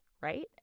right